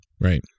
Right